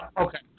okay